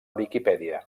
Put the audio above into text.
viquipèdia